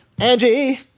Angie